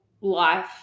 life